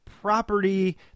property